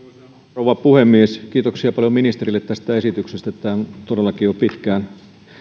rouva puhemies kiitoksia paljon ministerille tästä esityksestä tämä on todellakin jo pitkään